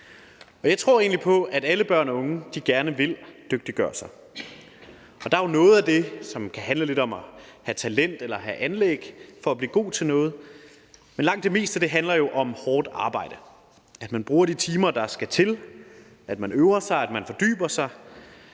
Jeg tror egentlig på, at alle børn og unge gerne vil dygtiggøre sig. Der er noget af det, som kan handle lidt om at have talent eller have anlæg for at blive god til noget, men langt det meste handler jo om hårdt arbejde – at man bruger de timer, der skal til, at man øver sig, at man fordyber sig.